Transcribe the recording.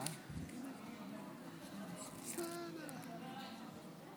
אדוני יושב-ראש הכנסת,